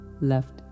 left